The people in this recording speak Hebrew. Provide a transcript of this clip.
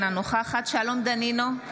אינה נוכחת שלום דנינו,